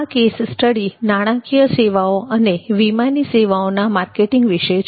આ case study નાણાકીય સેવાઓ અને વીમાની સેવાઓના માર્કેટિંગ વિશે છે